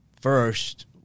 first